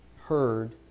Heard